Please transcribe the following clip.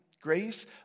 Grace